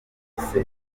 yakubise